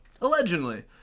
Allegedly